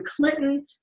Clinton